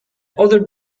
other